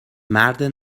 مرد